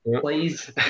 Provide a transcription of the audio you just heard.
Please